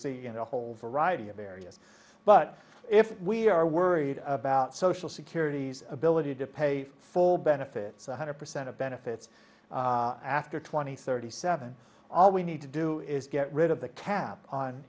in a whole variety of areas but if we are worried about social security's ability to pay full benefits one hundred percent of benefits after twenty thirty seven all we need to do is get rid of the cap on